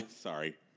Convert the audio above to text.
sorry